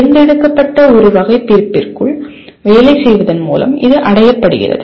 தேர்ந்தெடுக்கப்பட்ட ஒரு வகைபிரிப்பிற்குள் வேலை செய்வதன் மூலம் இது அடையப்படுகிறது